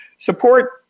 support